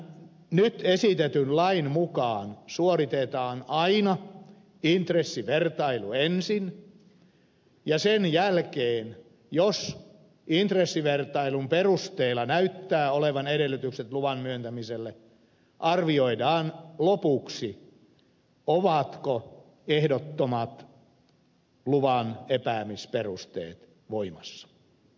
tämän nyt esitetyn lain mukaan suoritetaan aina intressivertailu ensin ja sen jälkeen jos intressivertailun perusteella näyttää olevan edellytykset luvan myöntämiselle arvioidaan lopuksi ovatko ehdottomat luvanepäämisperusteet voimassa